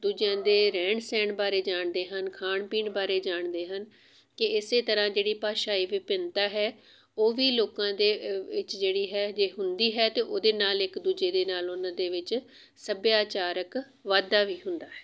ਦੂਜਿਆਂ ਦੇ ਰਹਿਣ ਸਹਿਣ ਬਾਰੇ ਜਾਣਦੇ ਹਨ ਖਾਣ ਪੀਣ ਬਾਰੇ ਜਾਣਦੇ ਹਨ ਕਿ ਇਸ ਤਰ੍ਹਾਂ ਜਿਹੜੀ ਭਾਸ਼ਾਈ ਵਿਭਿੰਨਤਾ ਹੈ ਉਹ ਵੀ ਲੋਕਾਂ ਦੇ ਵਿੱਚ ਜਿਹੜੀ ਹੈ ਜੇ ਹੁੰਦੀ ਹੈ ਤਾਂ ਉਹਦੇ ਨਾਲ ਇੱਕ ਦੂਜੇ ਦੇ ਨਾਲ ਉਹਨਾਂ ਦੇ ਵਿੱਚ ਸੱਭਿਆਚਾਰਕ ਵਾਧਾ ਵੀ ਹੁੰਦਾ ਹੈ